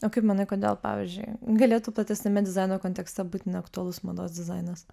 o kaip manai kodėl pavyzdžiui galėtų platesniame dizaino kontekste būti neaktualus mados dizainas